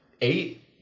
eight